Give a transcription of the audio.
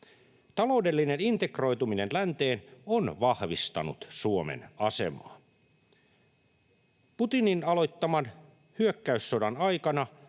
Taloudellinen integroituminen länteen on vahvistanut Suomen asemaa. Putinin aloittaman hyökkäyssodan aikana